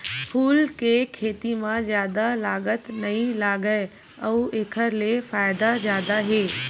फूल के खेती म जादा लागत नइ लागय अउ एखर ले फायदा जादा हे